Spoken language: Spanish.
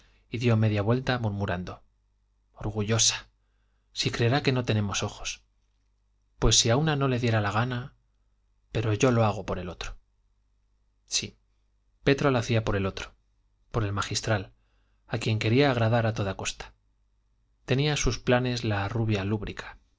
y dio media vuelta murmurando orgullosa si creerá que no tenemos ojos pues si a una no le diera la gana pero yo lo hago por el otro sí petra lo hacía por el otro por el magistral a quien quería agradar a toda costa tenía sus planes la rubia lúbrica